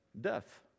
death